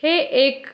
हे एक